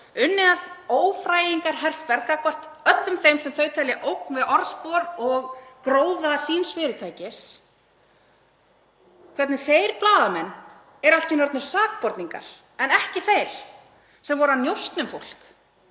unnið að ófrægingarherferð gagnvart öllum sem þau telja ógn við orðspor og gróða síns fyrirtækis, hvernig þeir blaðamenn eru allt í einu orðnar sakborningar en ekki þau sem voru að njósna um fólk,